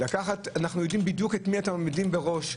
אנחנו יודעים בדיוק את מי אתם מעמידים בראש.